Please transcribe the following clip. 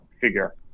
figure